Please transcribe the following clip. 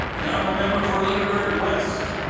the honourable member for lunenberg west?